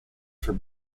for